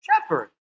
shepherd